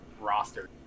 roster